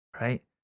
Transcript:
right